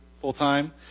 full-time